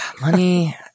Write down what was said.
money